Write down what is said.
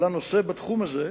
לנושא בתחום הזה.